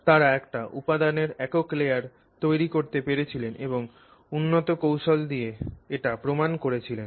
তারা একটা উপাদানের একক লেয়ার তৈরি করতে পেরেছিলেন এবং তারপর উন্নত কৌশল দিয়ে এটা প্রমান করেছিলেন